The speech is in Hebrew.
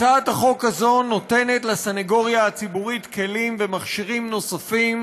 הצעת החוק הזאת נותנת לסנגוריה הציבורית כלים ומכשירים נוספים